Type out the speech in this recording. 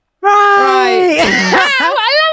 Right